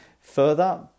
further